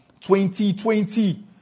2020